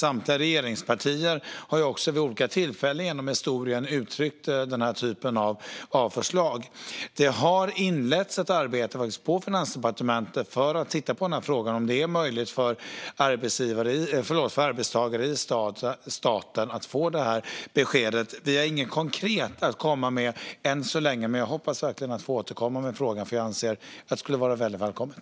Samtliga regeringspartier har också vid olika tillfällen genom historien uttryckt den här typen av förslag. Det har inletts ett arbete på Finansdepartementet för att titta på frågan om det är möjligt för arbetstagare i staten att få det här beskedet. Vi har inget konkret att komma med än så länge, men jag hoppas verkligen få återkomma i frågan. Jag anser att det skulle vara väldigt välkommet.